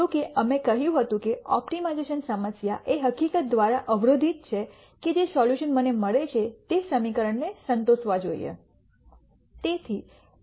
જો કે અમે કહ્યું હતું કે ઓપ્ટિમાઇઝેશન સમસ્યા એ હકીકત દ્વારા અવરોધિત છે કે જે સોલ્યુશન મને મળે છે તે સમીકરણને સંતોષવા જોઈએ